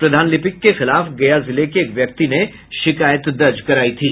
प्रधान लिपिक के खिलाफ गया जिले के एक व्यक्ति ने शिकायत दर्ज करायी थी